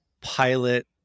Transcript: pilot